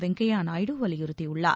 வெங்கைய நாயுடு வலியுறுத்தியுள்ளார்